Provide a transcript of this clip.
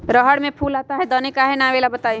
रहर मे फूल आता हैं दने काहे न आबेले बताई?